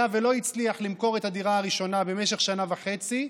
אם לא הצליח למכור את הדירה הראשונה במשך שנה וחצי,